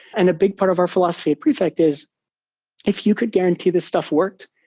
and a big part of our philosophy at prefect is if you could guarantee this stuff worked,